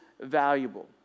valuable